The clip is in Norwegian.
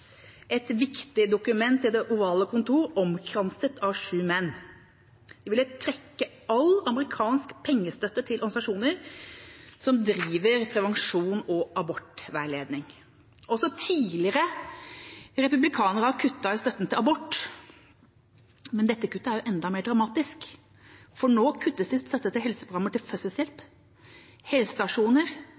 et viktig dokument i Det ovale kontor – omkranset av sju menn. Det ville trekke all amerikansk pengestøtte til organisasjoner som driver prevensjons- og abortveiledning. Også tidligere republikanere har kuttet i støtten til abort, men dette kuttet er enda mer dramatisk, for nå kuttes det i støtte til helseprogrammer til fødselshjelp, helsestasjoner